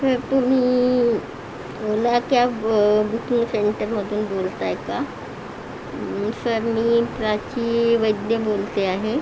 sir तुम्ही Ola cab booking सेंटरमधून बोलत आहे का मी सर मी प्राची वैद्य बोलते आहे